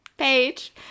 Page